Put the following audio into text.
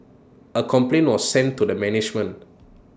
A complaint was sent to the management